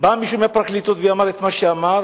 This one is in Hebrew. בא מישהו מהפרקליטות ואמר את מה שאמר,